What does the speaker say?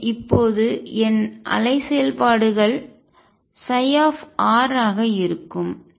எனவே இப்போது என் அலை செயல்பாடுகள் ψஆக இருக்கும்